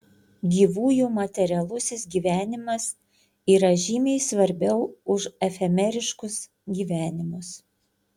gyvųjų materialusis gyvenimas yra žymiai svarbiau už efemeriškus gyvenimus